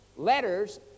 letters